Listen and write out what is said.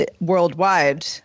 Worldwide